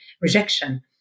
rejection